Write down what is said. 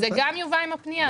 זה גם יובא עם הפנייה.